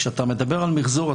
כשאתה מדבר על מחזור,